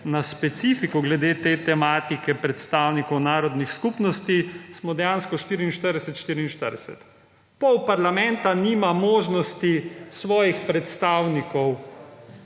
na specifiko glede te tematike predstavnikov narodnih skupnosti smo dejansko 44:44. Pol parlamenta nima možnosti svojih predstavnikov